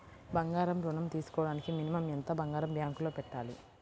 బంగారం ఋణం తీసుకోవడానికి మినిమం ఎంత బంగారం బ్యాంకులో పెట్టాలి?